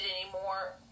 anymore